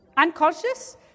Unconscious